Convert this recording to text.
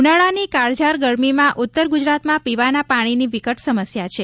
ઉનાળાની કાળઝાળ ગરમીમાં ઉત્તર ગુજરાતમાં પીવાના પાણીની વિકટ સમસ્યા છે